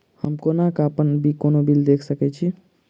हम कोना कऽ अप्पन कोनो बिल देख सकैत छी?